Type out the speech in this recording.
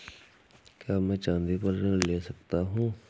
क्या मैं चाँदी पर ऋण ले सकता हूँ?